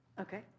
Okay